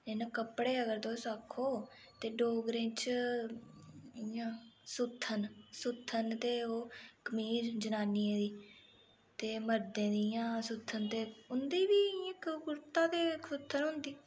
इनें कपड़े अगर तुस आक्खो ते डोगरें च इ'यां सुत्थन सुत्थन ते ओह् कमीज जनानियें दी ते मरदे दी इ'यां सुत्थन ते उं'दी बी इयां इक कुर्ता ते सुत्थन होंदी